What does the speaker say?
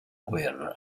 guerra